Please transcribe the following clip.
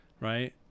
right